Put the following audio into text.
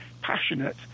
passionate